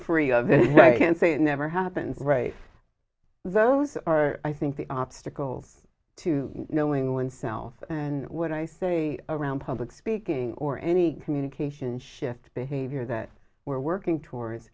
free of it and say it never happens right those are i think the obstacle to knowing oneself and what i say around public speaking or any communication shift behavior that we're working towards